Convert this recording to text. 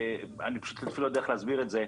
אני אפילו לא יודע איך להסביר את זה,